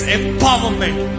empowerment